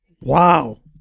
Wow